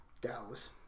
Dallas